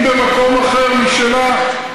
היא במקום אחר, משלה.